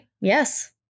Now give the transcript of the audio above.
Yes